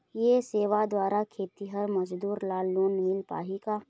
ये सेवा द्वारा खेतीहर मजदूर ला लोन मिल पाही का?